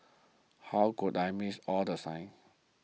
how could I missed all the signs